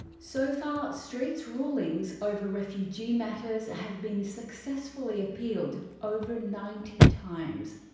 so far, street's rulings over refugee matters have been successfully appealed over ninety times.